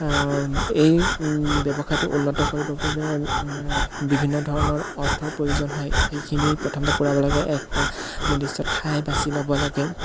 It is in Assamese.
এই ব্যৱসায়টো উন্নত কৰিবৰ বাবে বিভিন্ন ধৰণৰ অৰ্থৰ প্ৰয়োজন হয় সেইখিনি প্ৰথমতে পূৰাব লাগে এটা নিৰ্দিষ্ট ঠাই বাচি ল'ব লাগে